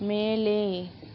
மேலே